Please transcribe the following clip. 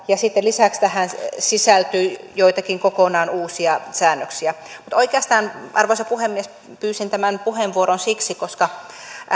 ja sitten lisäksi tähän sisältyi joitakin kokonaan uusia säännöksiä mutta oikeastaan arvoisa puhemies pyysin tämän puheenvuoron siksi koska